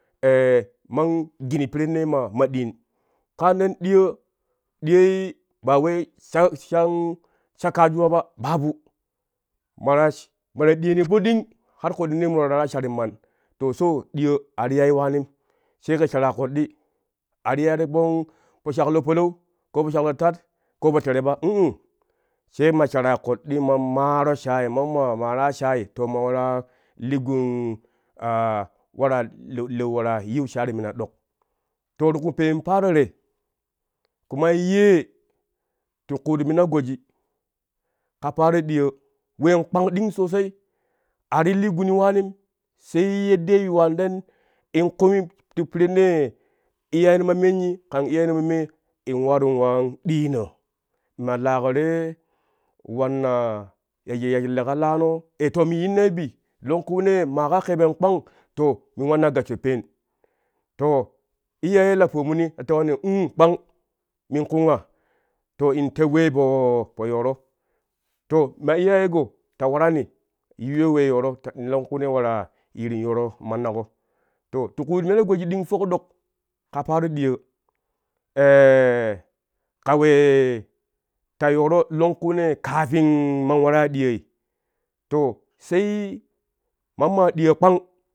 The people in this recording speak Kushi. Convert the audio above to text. man gini pirennee ma ɗiin kaa men ɗiyo, diyo ba wai shan sha sha kajuwa ba babu mara mara diyoni po ɗing har koɗɗi ye muro ta waraa sharinman to so ɗiyo a ti yai waanim sai ƙɛ sharaa koddi a ti yai po shaklo palau ko po shaklo tat ko po tere ba uu sai ma saraa koddi man maaro shaai mammaa maaraa shaai to man waraa li gun waraa leu leu waraa yiu shaai ti muna ɗok to ti ku peen paaro te kumai yee ti kuut mina goji ka paaro ɗiyoo ween kpang ɗing sosai a ti li guni waanim sai yeddee yuwan ten in kumi ti pirinnee iyayeno menyi kan iyayeno mee in waru wa ɗiino ma laƙo te wannaa yaji yaji leka laano to min yinnai bi longkunee ma ka keben ƙpang to min wannai gassho pen to iyaye la pomuni ta tewani u kpang min kunga to in teu wee poo po yooro to ma iyayeƙo ta warani in yuyyo te yooro longku ye waraa yiru in yooro mannaƙo to ta ku mere goji ɗing foki ɗok ka paaro diyo ka wee ta yooro longkunee kafin man waraa ya ɗiyooi to sai mamma ɗiyo kpang.